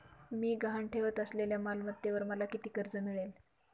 मी गहाण ठेवत असलेल्या मालमत्तेवर मला किती कर्ज मिळेल?